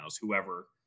Whoever